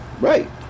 Right